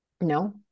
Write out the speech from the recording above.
No